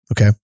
Okay